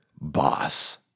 boss